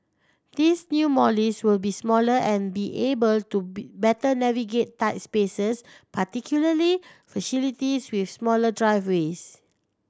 these new Mollies will be smaller and be able to be better navigate tight spaces particularly facilities with smaller driveways